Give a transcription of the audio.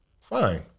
fine